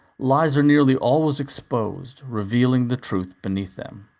lies are nearly always exposed, revealing the truth beneath them.